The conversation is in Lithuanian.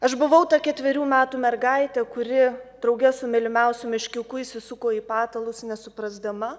aš buvau ta ketverių metų mergaitė kuri drauge su mylimiausiu meškiuku įsisuko į patalus nesuprasdama